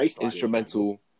instrumental